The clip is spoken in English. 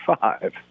five